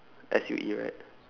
S U E right